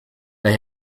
they